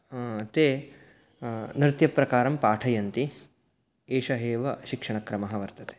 ते नृत्यप्रकारं पाठयन्ति एषः एव शिक्षणक्रमः वर्तते